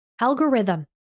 Algorithm